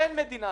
אין מדינה.